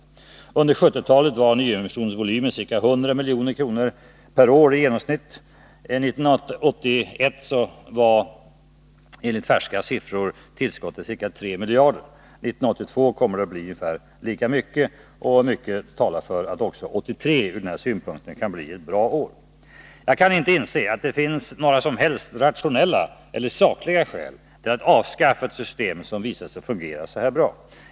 Under 1970-talet var nyemissionsvolymen 100 milj.kr. per åri genomsnitt, 1981 var tillskottet enligt färska siffror ca 3 miljarder kronor, 1982 lika mycket, och mycket talar för att även 1983 kan bli ett bra år i dessa hänseenden. Jag kan inte inse att det finns några som helst rationella eller sakliga skäl till att avskaffa ett system som visar sig fungera så bra.